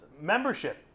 membership